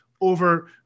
over